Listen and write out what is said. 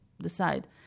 decide